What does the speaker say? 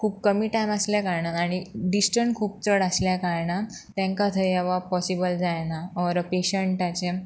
खूब कमी टायम आसल्या कारणान आनी डिस्टंस खूब चड आसल्या कारणान तेंकां थंय येवप पॉसिबल जायना ऑर अ पेशंटाचें